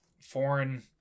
foreign